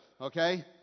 okay